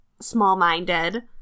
small-minded